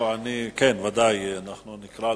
בכנס של